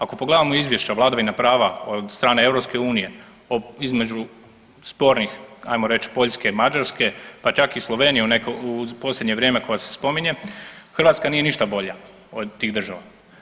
Ako pogledamo izvješća vladavine prava od strane EU između spornih hajmo reći Poljske i Mađarske, pa čak i Slovenije u posljednje vrijeme koja se spominje Hrvatska nije ništa bolja od tih država.